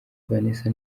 vanessa